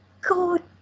God